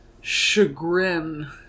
chagrin